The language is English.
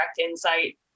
insight